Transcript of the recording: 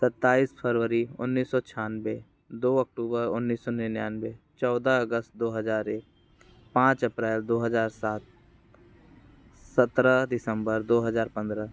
सत्ताईस फरवरी उन्नीस सौ छियानवे दो अक्टूबर उन्नीस सौ निन्यानवे चौदह अगस्त दो हज़ार एक पाँच अप्रैल दो हज़ार सात सत्रह दिसम्बर दो हज़ार पंद्रह